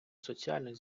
соціальних